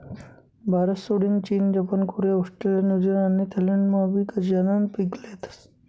भारतसोडीन चीन, Japan, Korea, Australia, New Zealand आणि थायलंडमाबी गांजानं पीक लेतस